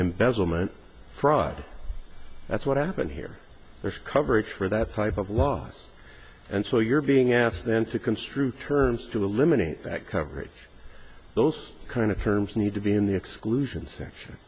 embezzlement fraud that's what happened here there's coverage for that type of laws and so you're being asked then to construe terms to eliminate that coverage those kind of terms need to be in the exclusion section